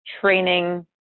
training